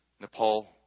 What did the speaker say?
Nepal